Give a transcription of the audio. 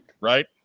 Right